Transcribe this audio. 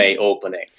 opening